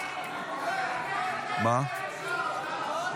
הודעה אישית.